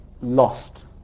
lost